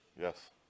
Yes